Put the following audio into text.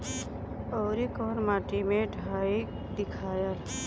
औवरी कौन माटी मे डाई दियाला?